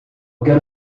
quero